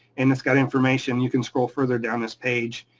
and it's got information, you can scroll further down this page,